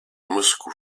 moscou